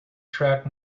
track